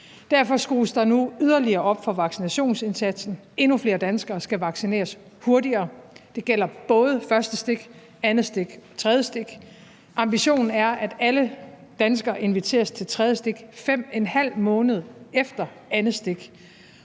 Derfor skrues der nu yderligere op for vaccinationsindsatsen. Endnu flere danskere skal vaccineres hurtigere. Det gælder både første stik, andet stik og tredje stik. Ambitionen er, at alle danskere inviteres til tredje stik 5½ måned efter andet stik,